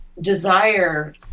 desire